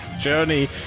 journey